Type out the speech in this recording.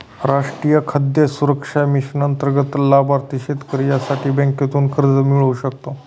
राष्ट्रीय खाद्य सुरक्षा मिशन अंतर्गत लाभार्थी शेतकरी यासाठी बँकेतून कर्ज मिळवू शकता